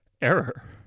Error